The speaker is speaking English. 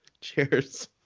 Cheers